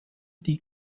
die